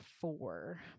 four